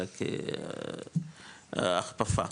אלא כהחפפה.